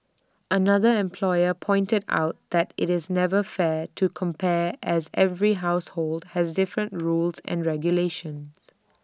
another employer pointed out that IT is never fair to compare as every household has different rules and regulations